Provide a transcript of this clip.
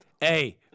hey